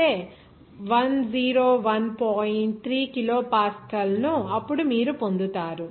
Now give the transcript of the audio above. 3 kilopascal ను అప్పుడు మీరు పొందుతారు